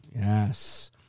Yes